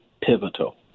pivotal